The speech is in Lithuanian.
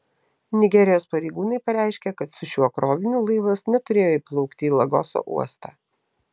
nigerijos pareigūnai pareiškė kad su šiuo kroviniu laivas neturėjo įplaukti į lagoso uostą